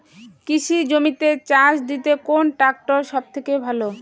কৃষি জমিতে চাষ দিতে কোন ট্রাক্টর সবথেকে ভালো?